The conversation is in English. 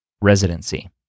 residency